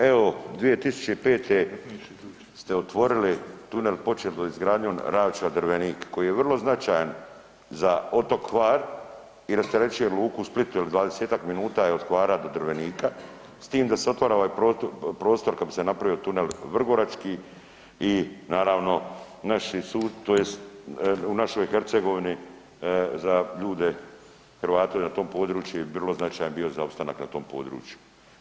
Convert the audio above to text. Evo 2005. ste otvorili tunel početo izgradnjom Ravča-Drvenik koji je vrlo značajan za otok Hvar i rasterećuje luku u Splitu jel 20-tak minuta je od Hvara do Drvenika s tim da se otvara ovaj prostor kako bi se napravio Vrgorački i naravno naši tj. u našoj Hercegovini za ljude Hrvate na tom području bi vrlo značajan bio za opstanak na tom području.